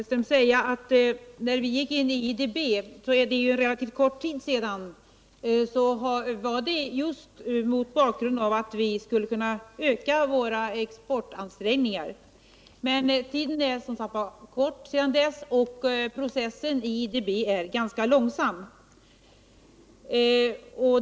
Herr talman! Till herr Hellström vill jag säga att när vi för relativt kort tid sedan gick in i IDB skedde det just mot bakgrund av att vi skulle kunna öka vår export. Men den tid som förflutit sedan dess är kort, och processen i IDB är ganska långsam.